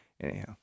Anyhow